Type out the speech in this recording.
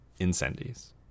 Incendies